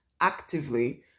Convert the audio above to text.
actively